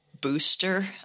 booster